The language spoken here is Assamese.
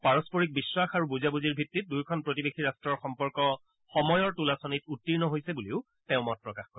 পাৰস্পৰিক বিশ্বাস আৰু বুজাবুজিৰ ভিত্তিত দুয়োখন প্ৰতিবেশী ৰাষ্ট্ৰৰ সম্পৰ্ক সময়ৰ তুলাচনীত উত্তীৰ্ণ হৈছে বুলিও তেওঁ মত প্ৰকাশ কৰে